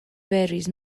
varies